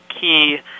key